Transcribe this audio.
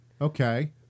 okay